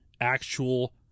actual